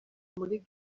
muri